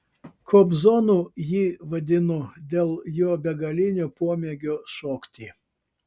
kobzonu jį vadinu dėl jo begalinio pomėgio šokti